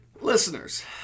Listeners